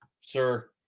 Sir